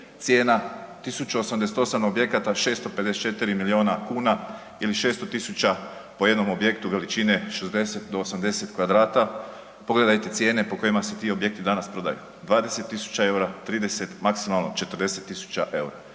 cijena 1088 objekata 654 milijuna kuna ili 600 000 po jednom objektu veličine 60 do 80 m2, pogledajte cijene po kojima se ti objekti danas prodaju, 20.000,00 EUR-a, 30, maksimalno 40.000,00 EUR-a.